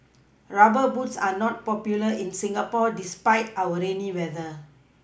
rubber boots are not popular in Singapore despite our rainy weather